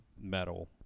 metal